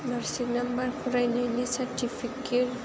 मार्शिट number फरायनायनि certificate